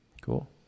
Cool